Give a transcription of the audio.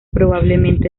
probablemente